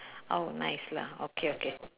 oh nice lah okay okay